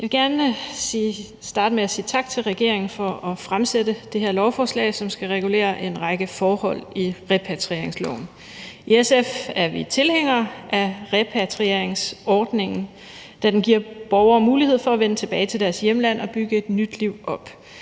Jeg vil gerne starte med at sige tak til regeringen for at fremsætte det her lovforslag, som skal regulere en række forhold i repatrieringsloven. I SF er vi tilhængere af repatrieringsordningen, da den giver borgere mulighed for at vende tilbage til deres hjemland og bygge et nyt liv op.